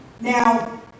Now